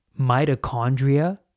mitochondria